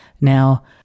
Now